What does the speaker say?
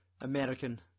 American